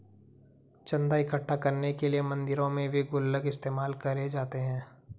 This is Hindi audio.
चन्दा इकट्ठा करने के लिए मंदिरों में भी गुल्लक इस्तेमाल करे जाते हैं